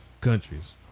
countries